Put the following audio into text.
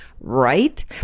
right